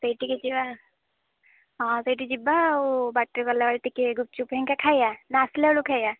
ସେଇଠିକି ଯିବା ହଁ ସେଇଠି ଯିବା ଆଉ ବାଟରେ ଗଲାବେଳେ ଟିକେ ଗୁପ୍ଚୁପ୍ ହେଇକି ଖାଇବା ନା ଆସିଲାବେଳକୁ ଖାଇବା